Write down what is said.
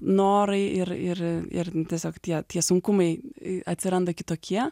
norai ir ir ir tiesiog tie tie sunkumai atsiranda kitokie